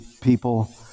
people